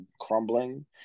crumbling